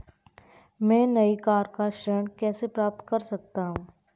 मैं नई कार पर ऋण कैसे प्राप्त कर सकता हूँ?